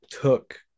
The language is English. took